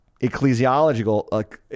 ecclesiological